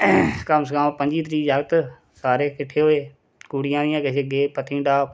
कम से कम पंजी त्रीह् जागत सारे किट्ठे होए कुड़ियां हियां किश गे पत्नीटॉप